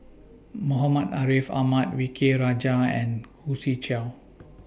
Muhammad Ariff Ahmad V K Rajah and Khoo Swee Chiow